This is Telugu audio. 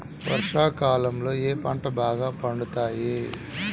వర్షాకాలంలో ఏ పంటలు బాగా పండుతాయి?